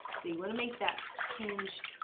so you want to make that change